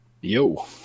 Yo